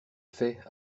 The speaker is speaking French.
fait